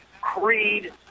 creed